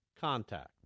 contact